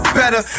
better